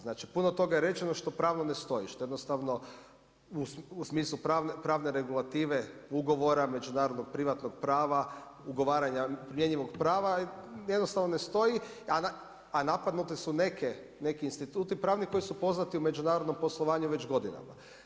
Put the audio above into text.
Znači, puno toga je rečeno što pravno ne stoji, što jednostavno u smislu pravne regulative, ugovora, međunarodnog privatnog prava, ugovaranja primjenjivog prava jednostavno ne stoji, a napadnuti su neki instituti pravni koji su poznati u međunarodnom poslovanju već godinama.